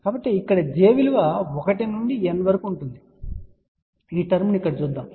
కాబట్టి ఇక్కడ j విలువ 1 నుండి n వరకు ఉంటుంది ఈ టర్మ్ ను ఇక్కడ చూద్దాం